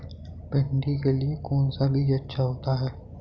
भिंडी के लिए कौन सा बीज अच्छा होता है?